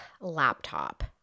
laptop